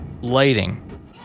lighting